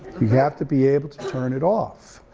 you have to be able to turn it off.